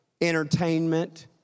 entertainment